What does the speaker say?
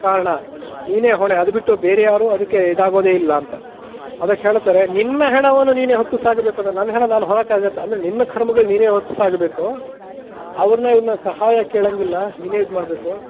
ಕಾರಣ ನೀನೆ ಹೊಣೆ ಅದು ಬಿಟ್ಟು ಬೇರೆ ಯಾರು ಅದಕ್ಕೆ ಇದಾಗೋದೇ ಇಲ್ಲ ಅಂತ ಅದಕ್ಕೆ ಹೇಳ್ತಾರೆ ನಿನ್ನ ಹೆಣವನ್ನು ನೀನೆ ಹೊತ್ತು ಸಾಗಬೇಕು ನನ್ನ ಹೆಣ ನಾನು ಹೊರೋಕ್ಕಾಗತ್ತಾ ಅಂದರೆ ನಿನ್ನ ಕರ್ಮಗಳ ನೀನೆ ಹೊತ್ತು ಸಾಗಬೇಕು ಅವ್ರನ್ನ ಇವ್ರನ್ನ ಸಹಾಯ ಕೇಳಂಗಿಲ್ಲ ನೀನೆ ಇದು ಮಾಡಬೇಕು